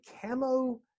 camo